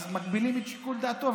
אז מגבילים את שיקול דעתו.